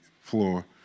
floor